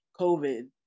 COVID